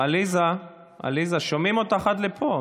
עליזה, עליזה, שומעים אותך עד לפה.